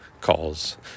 calls